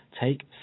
take